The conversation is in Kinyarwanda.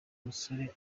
musore